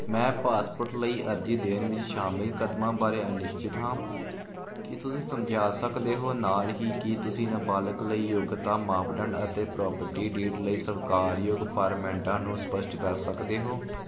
ਮੈਂ ਪਾਸਪੋਰਟ ਲਈ ਅਰਜ਼ੀ ਦੇਣ ਵਿੱਚ ਸ਼ਾਮਲ ਕਦਮਾਂ ਬਾਰੇ ਅਨਿਸ਼ਚਿਤ ਹਾਂ ਕੀ ਤੁਸੀਂ ਸਮਝਾ ਸਕਦੇ ਹੋ ਨਾਲ ਹੀ ਕੀ ਤੁਸੀਂ ਨਾਬਾਲਗ ਲਈ ਯੋਗਤਾ ਮਾਪਦੰਡ ਅਤੇ ਪ੍ਰਾਪਰਟੀ ਡੀਡ ਲਈ ਸਵੀਕਾਰਯੋਗ ਫਾਰਮੈਟਾਂ ਨੂੰ ਸਪੱਸ਼ਟ ਕਰ ਸਕਦੇ ਹੋ